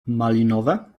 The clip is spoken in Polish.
malinowe